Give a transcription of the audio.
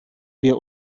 wir